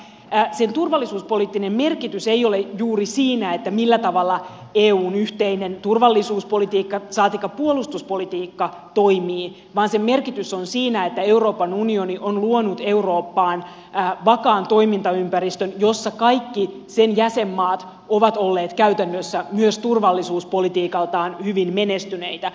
sen turvallisuuspoliittinen merkitys ei ole juuri siinä millä tavalla eun yhteinen turvallisuuspolitiikka saatikka puolustuspolitiikka toimii vaan sen merkitys on siinä että euroopan unioni on luonut eurooppaan vakaan toimintaympäristön jossa kaikki sen jäsenmaat ovat olleet käytännössä myös turvallisuuspolitiikaltaan hyvin menestyneitä